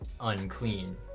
unclean